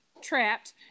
trapped